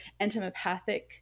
entomopathic